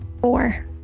Four